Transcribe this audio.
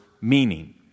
meaning